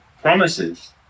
promises